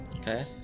Okay